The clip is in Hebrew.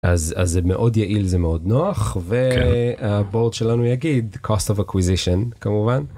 אז זה מאוד יעיל זה מאוד נוח והבורד שלנו יגיד cost of acquisition כמובן.